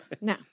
No